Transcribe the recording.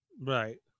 Right